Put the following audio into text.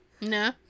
No